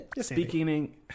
Speaking